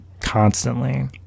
constantly